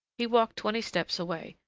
he walked twenty steps away,